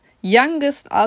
youngest